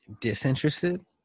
disinterested